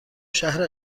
شهر